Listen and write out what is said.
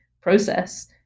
process